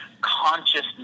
consciousness